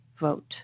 vote